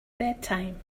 bedtime